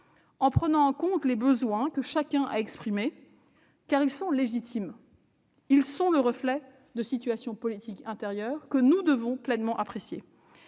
en prenant en compte les besoins que chacun a exprimés. Ces besoins sont légitimes, car ils sont le reflet des situations politiques intérieures. Nous devons pleinement les apprécier.